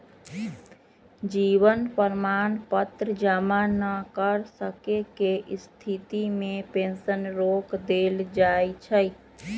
जीवन प्रमाण पत्र जमा न कर सक्केँ के स्थिति में पेंशन रोक देल जाइ छइ